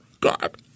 God